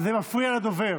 זה מפריע לדובר.